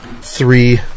three